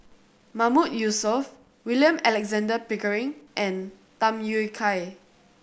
Mahmood Yusof William Alexander Pickering and Tham Yui Kai